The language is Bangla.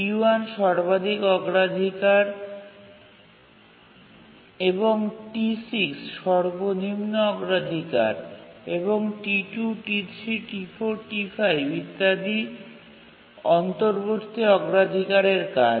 T1 সর্বাধিক অগ্রাধিকার এবং T6 সর্বনিম্ন অগ্রাধিকার এবং T2 T3 T4 T5 ইত্যাদি অন্তর্বর্তী অগ্রাধিকারের কাজ